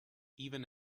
even